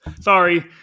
Sorry